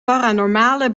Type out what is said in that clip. paranormale